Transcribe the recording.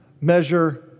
measure